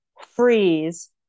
freeze